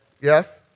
Yes